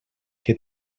que